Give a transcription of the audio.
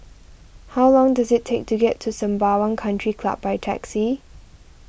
how long does it take to get to Sembawang Country Club by taxi